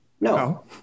No